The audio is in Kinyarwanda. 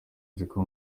nziko